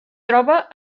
troba